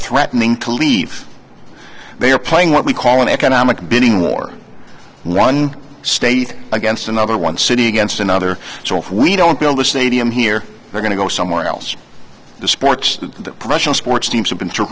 threatening to leave they are playing what we call an economic bidding war one state against another one city against another so if we don't build a stadium here they're going to go somewhere else the sports the professional sports teams have been t